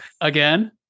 again